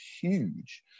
huge